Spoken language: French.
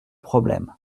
problème